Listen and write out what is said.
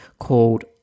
called